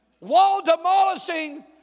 wall-demolishing